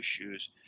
issues